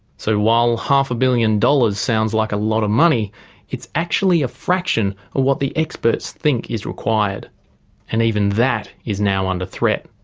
so while half a billion dollars sounds like a lot of money it's actually a fraction of what the experts think is required and even that is now under threat.